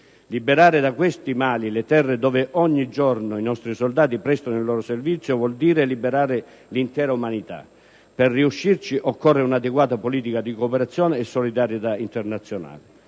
Liberare da questi mali le terre dove ogni giorno i nostri soldati prestano il loro servizio vuol dire liberare l'intera umanità. Per riuscirci occorre un'adeguata politica di cooperazione e solidarietà internazionale.